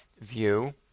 view